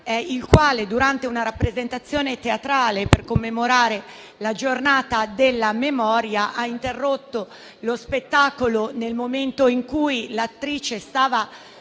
il quale, durante una rappresentazione teatrale per commemorare il Giorno della memoria, ha interrotto lo spettacolo nel momento in cui l'attrice stava